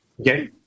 Okay